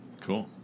Cool